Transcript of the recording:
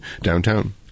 downtown